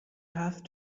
have